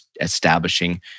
establishing